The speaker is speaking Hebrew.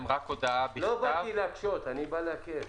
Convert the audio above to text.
לא באתי להקשות, אני בא להקל.